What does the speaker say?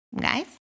Guys